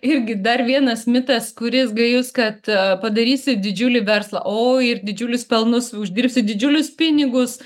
irgi dar vienas mitas kuris gajus kad padarysi didžiulį verslą o ir didžiulius pelnus uždirbsi didžiulius pinigus